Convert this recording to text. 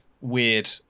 weird